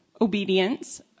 Obedience